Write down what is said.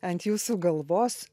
ant jūsų galvos